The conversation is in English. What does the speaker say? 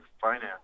finance